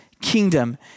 kingdom